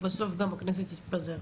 ובסוף גם הכנסת תפוזר.